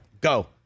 Go